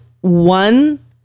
one